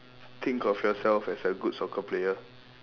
think of yourself as a good soccer player